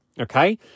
Okay